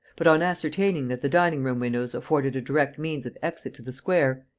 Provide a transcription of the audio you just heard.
but, on ascertaining that the dining-room windows afforded a direct means of exit to the square,